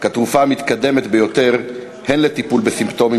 כתרופה המתקדמת ביותר הן לטיפול בסימפטומים